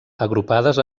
agrupades